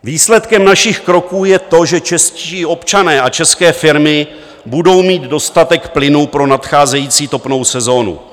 Výsledkem našich kroků je to, že čeští občané a české firmy budou mít dostatek plynu pro nadcházející topnou sezónu.